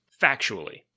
factually